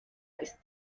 ist